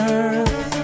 earth